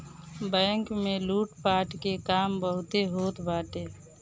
bank में लूटपाट के काम बहुते होत बाटे